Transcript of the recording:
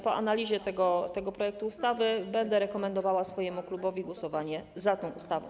Po analizie tego projektu ustawy będę rekomendowała swojemu klubowi głosowanie za tą ustawą.